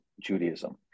Judaism